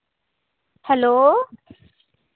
hello